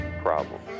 problem